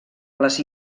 les